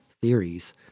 theories